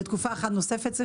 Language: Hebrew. סליחה, בתקופה אחת נוספת.